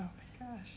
because